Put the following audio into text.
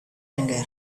anger